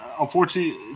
unfortunately